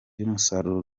y’umusaruro